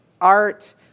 art